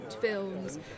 films